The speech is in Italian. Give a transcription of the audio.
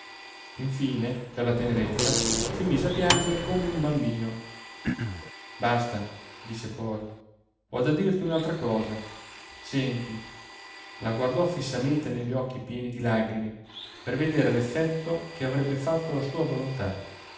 infine per la tenerezza si mise a piangere come un bambino basta disse poi ho da dirti un'altra cosa senti la guardò fissamente negli occhi pieni di lagrime per vedere l'effetto che avrebbe fatto la sua volontà